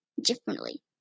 differently